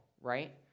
right